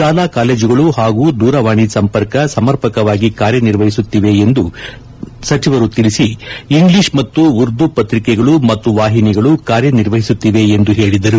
ಶಾಲಾ ಕಾಲೇಜುಗಳು ಹಾಗೂ ದೂರವಾಣಿ ಸಂಪರ್ಕ ಸಮರ್ಪಕವಾಗಿ ಕಾರ್ಯನಿರ್ವಹಿಸುತ್ತಿದೆ ಎಂದು ತಿಳಿಸಿದ ಸಚಿವರು ಇಂಗ್ಲಿಷ್ ಮತ್ತು ಉರ್ದು ಪ್ರತಿಕೆಗಳು ಮತ್ತು ವಾಹಿನಿಗಳು ಕಾರ್ಯನಿರ್ವಹಿಸುತ್ತಿವೆ ಎಂದು ಹೇಳಿದರು